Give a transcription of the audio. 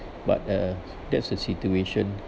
but uh that's the situation